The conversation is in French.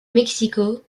mexico